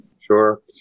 Sure